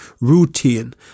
routine